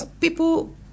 people